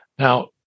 now